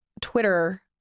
Twitter